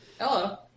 Hello